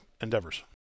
endeavors